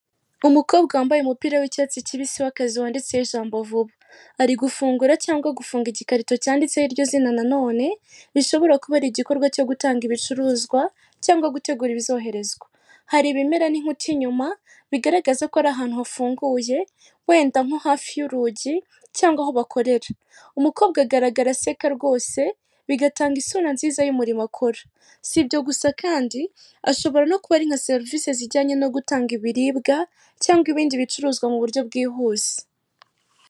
Umukobwa wambaye umupira w'icyatsi kibisi w'akazi wanditseho ijambo vuba, ari gufungura cyangwa gufunga igikarito cyanditseho iryo zina nanone bishobora kuba ari igikorwa cyo gutanga ibicuruzwa cyangwa gutegura ibizoherezwa. Hari ibimera n'inkuta inyuma bigaragaza ko ari ahantu hafunguye wenda nko hafi y'urugi cyangwa aho bakorera, umukobwa agaragara aseka rwose bigatanga isura nziza y'umurimo akora. Si ibyo gusa kandi ashobora no kuba ari nka serivisi zijyanye no gutanga ibiribwa cyangwa ibindi bicuruzwa mu buryo bwihuse.